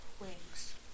wings